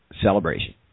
Celebration